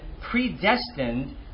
predestined